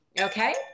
Okay